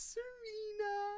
Serena